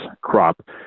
crop